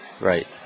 Right